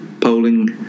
polling